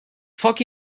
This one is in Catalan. foc